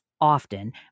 often